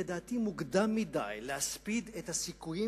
לדעתי מוקדם מדי להספיד את הסיכויים